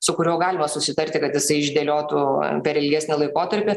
su kuriuo galima susitarti kad jisai išdėliotų per ilgesnį laikotarpį